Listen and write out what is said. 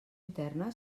interna